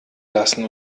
lassen